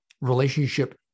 relationship